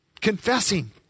Confessing